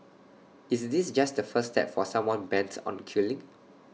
is this just the first step for someone bent on killing